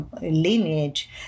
lineage